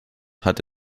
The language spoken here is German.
hat